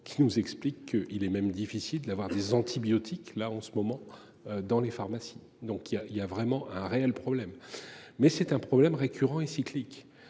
qui nous explique. Il est même difficile d'avoir des antibiotiques là en ce moment. Dans les pharmacies, donc il y a il y a vraiment un réel problème, mais c'est un problème récurrent et cyclique,